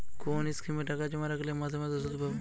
কোন স্কিমে টাকা জমা রাখলে মাসে মাসে সুদ পাব?